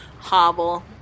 hobble